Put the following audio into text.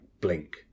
Blink